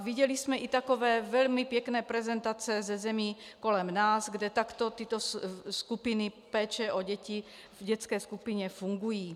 Viděli jsme i takové velmi pěkné prezentace ze zemí kolem nás, kde takto tyto skupiny péče o děti v dětské skupině fungují.